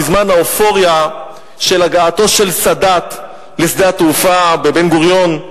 בזמן האופוריה של הגעתו של סאדאת לשדה התעופה בן-גוריון.